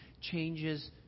changes